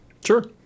sure